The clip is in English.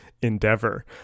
endeavor